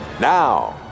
now